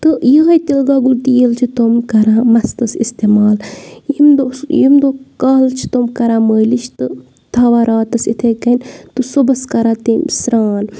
تہٕ یِہے تِلہٕ گَۄگُل تیٖل چھِ تِم کَران مَستَس استعمال ییٚمہِ دۄہ اوس ییٚمہِ دۄہ کالہٕ چھِ تِم کَران مٲلِش تہٕ تھاوان راتَس اِتھَے کٔنۍ تہٕ صُبحس کَران تِم سرٛان